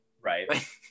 Right